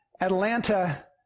Atlanta